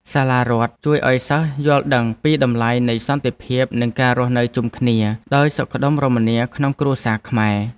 សាលារដ្ឋជួយឱ្យសិស្សយល់ដឹងពីតម្លៃនៃសន្តិភាពនិងការរស់នៅជុំគ្នាដោយសុខដុមរមនាក្នុងគ្រួសារខ្មែរ។